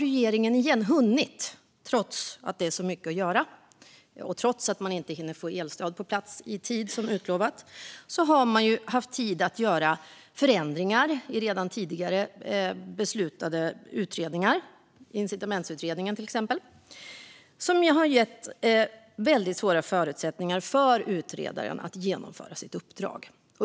Men trots att det är så mycket att göra för regeringen och trots att man inte hunnit få utlovat elstöd på plats i tid har man hunnit göra förändringar i redan tidigare beslutade utredningar, till exempel incitamentsutredningen där det nu blivit väldigt svåra förutsättningar för utredaren att genomföra sitt uppdrag.